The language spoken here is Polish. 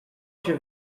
się